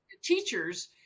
teachers